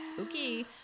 okay